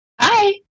Hi